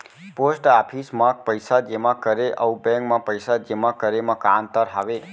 post office मा पइसा जेमा करे अऊ बैंक मा पइसा जेमा करे मा का अंतर हावे